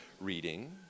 reading